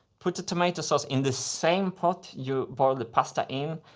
put the tomato sauce in the same pot you boiled the pasta in,